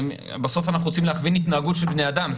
בסוף אנחנו רוצים להכווין התנהגות של בני אדם,